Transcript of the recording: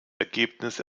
ergebnis